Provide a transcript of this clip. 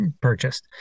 purchased